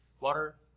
water